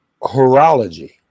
horology